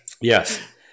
yes